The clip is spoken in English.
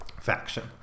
faction